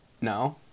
No